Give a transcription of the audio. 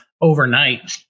overnight